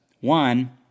one